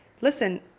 listen